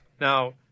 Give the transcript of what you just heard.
now